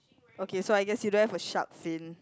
okay so I guess you don't have a shark fin